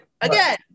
again